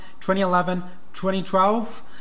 2011-2012